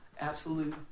absolute